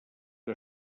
que